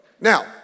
Now